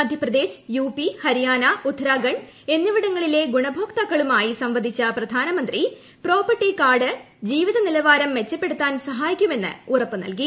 Madhya Pradesh UP Haryana Uttarakhand എന്നിവിടങ്ങളിലെ ഗുണഭോക്താക്കളുമായി സംവദിച്ച പ്രധാനമന്ത്രി പ്രോപ്പർട്ടി കാർഡ് ജീവിതനിലവാരം മെച്ചപ്പെടുത്താൻ സഹായിക്കുമെന്ന് ഉറപ്പ് നൽകി